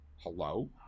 Hello